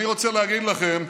אני רוצה להגיד לכם: